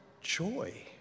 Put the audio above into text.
joy